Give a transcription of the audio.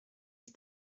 die